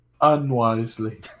unwisely